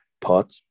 pot